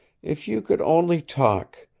if you could only talk!